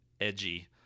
edgy